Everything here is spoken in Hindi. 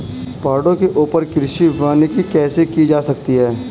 पहाड़ों के ऊपर कृषि वानिकी कैसे की जा सकती है